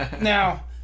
now